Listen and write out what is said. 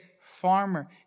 farmer